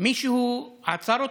מישהו עצר אותם?